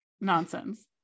nonsense